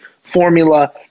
formula